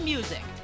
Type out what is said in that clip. Music